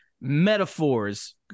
metaphors